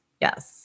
Yes